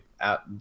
out